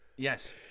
Yes